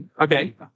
Okay